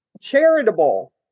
charitable